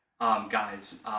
guys